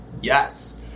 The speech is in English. Yes